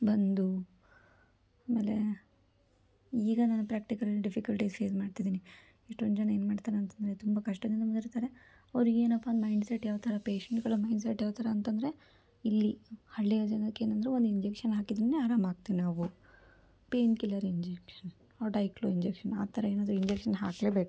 ಬಂದು ಆಮೇಲೆ ಈಗ ನಾನು ಪ್ರ್ಯಾಕ್ಟಿಕಲ್ ಡಿಫಿಕಲ್ಟೀಸ್ ಶೇರ್ ಮಾಡ್ತಿದ್ದೀನಿ ಎಷ್ಟೊಂದು ಜನ ಏನು ಮಾಡ್ತಾರಂತಂದರೆ ತುಂಬ ಕಷ್ಟದಿಂದ ಬಂದಿರ್ತಾರೆ ಅವರಿಗೇನಪ್ಪ ಮೈಂಡ್ಸೆಟ್ ಯಾವ ಥರ ಪೇಶೆಂಟ್ಗಳ ಮೈಂಡ್ಸೆಟ್ ಯಾವ ಥರ ಅಂತಂದರೆ ಇಲ್ಲಿ ಹಳ್ಳಿಯ ಜನಕ್ಕೇನಂದರೆ ಒಂದು ಇಂಜೆಕ್ಷನ್ ಹಾಕಿದ್ರೆ ಆರಾಮಾಗ್ತೀವಿ ನಾವು pain killer injection or diclo injection ಆ ಥರ ಏನಾದ್ರೂ ಇಂಜೆಕ್ಷನ್ ಹಾಕಲೇಬೇಕು